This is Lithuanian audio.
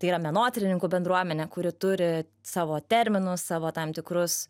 tai yra menotyrininkų bendruomenė kuri turi savo terminus savo tam tikrus